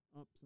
up